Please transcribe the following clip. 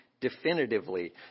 definitively